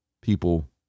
people